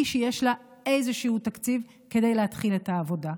שיש לה איזשהו תקציב כדי להתחיל את העבודה.